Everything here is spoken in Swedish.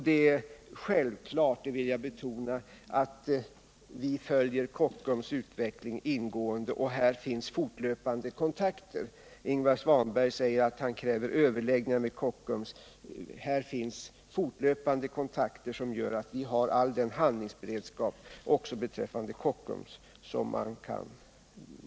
Det är självklart — det vill jag betona — att vi ingående följer Kockums utveckling. Ingvar Svanberg sade att han kräver överläggningar med Kockums. Här finns fortlöpande kontakter som gör att vi har all den handlingsberedskap också beträffande Kockums som man kan behöva.